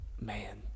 Man